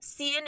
CNN